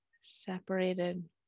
separated